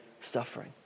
suffering